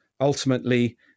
ultimately